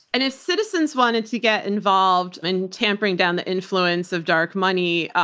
and if citizens wanted to get involved in tampering down the influence of dark money,